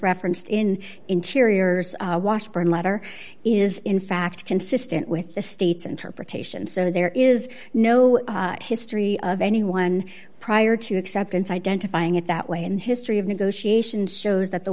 referenced in interiors washburn letter is in fact consistent with the state's interpretation so there is no history of anyone prior to acceptance identifying it that way in history of negotiations shows that the